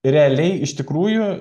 realiai iš tikrųjų